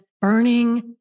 burning